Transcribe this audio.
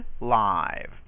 live